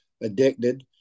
addicted